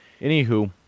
Anywho